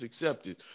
accepted